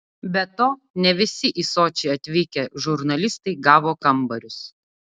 be to ne visi į sočį atvykę žurnalistai gavo kambarius